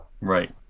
Right